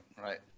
Right